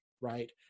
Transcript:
right